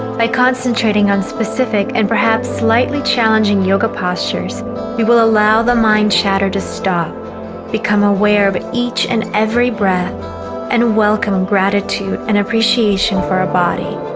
by concentrating on specific and perhaps slightly challenging yoga postures you will allow the mind chatter to stop become aware of each and every breath and welcome gratitude and appreciation for a body